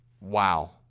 wow